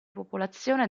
popolazione